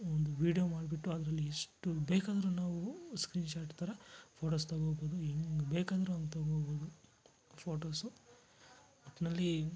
ಒಂದು ವೀಡ್ಯೊ ಮಾಡಿಬಿಟ್ಟು ಅದ್ರಲ್ಲಿ ಎಷ್ಟು ಬೇಕಾದರು ನಾವು ಸ್ಕ್ರೀನ್ಶಾಟ್ ಥರ ಫೋಟೊಸ್ ತಗೊಬೌದು ಹೆಂಗ್ ಬೇಕಾದರು ಹಂಗ್ ತಗೊಬೋದು ಫೋಟೊಸು ಒಟ್ನಲ್ಲಿ